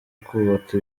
kubaka